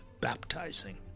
baptizing